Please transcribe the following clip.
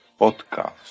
podcast